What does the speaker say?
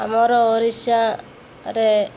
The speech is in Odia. ଆମର ଓଡ଼ିଶାରେ